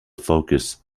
focus